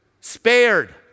spared